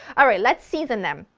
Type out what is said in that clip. alright, let's season them.